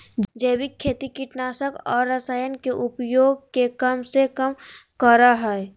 जैविक खेती कीटनाशक और रसायन के उपयोग के कम से कम करय हइ